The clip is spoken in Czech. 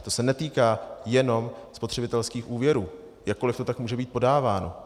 To se netýká jenom spotřebitelských úvěrů, jakkoli to tak může být podáváno.